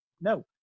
no